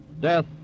Death